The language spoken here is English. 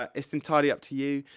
ah it's entirely up to you.